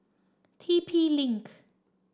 T P Link